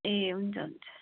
ए हुन्छ हुन्छ